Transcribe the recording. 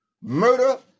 murder